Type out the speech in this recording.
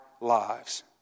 lives